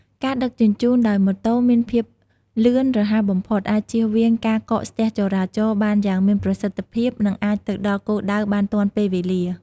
ការដឹកជញ្ជូនដោយម៉ូតូមានភាពលឿនរហ័សបំផុត អាចជៀសវាងការកកស្ទះចរាចរណ៍បានយ៉ាងមានប្រសិទ្ធភាព និងអាចទៅដល់គោលដៅបានទាន់ពេលវេលា។